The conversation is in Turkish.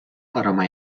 arama